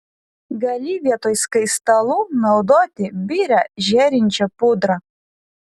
gali vietoj skaistalų naudoti birią žėrinčią pudrą